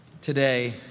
today